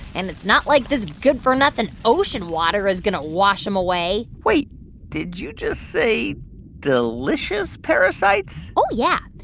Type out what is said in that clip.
and it's not like this good-for-nothing ocean water is going to wash them away wait did you just say delicious parasites? oh, yeah.